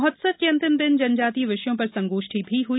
महोत्सव के अंतिम दिन जनजातीय विषयों पर संगोष्ठी भी हुई